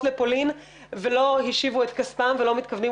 לפולין ולא השיבו את כספם ולא מתכוונים,